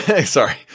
sorry